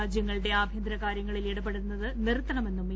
രാജ്യങ്ങളുടെ ആഭ്യന്തരകാരൃങ്ങളിൽ ഇടപെടുന്നത് നിർത്തണമെന്നും ഇന്ത്യ